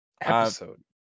episode